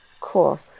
Cool